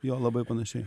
jo labai panašiai